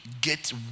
get